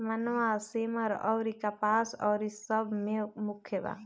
मनवा, सेमर अउरी कपास अउरी सब मे मुख्य बा